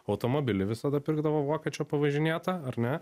automobilį visada pirkdavo vokiečio pavažinėtą ar ne